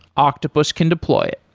octopus can deploy it.